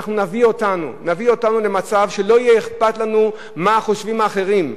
נביא אותנו למצב שלא יהיה אכפת לנו מה חושבים האחרים,